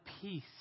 peace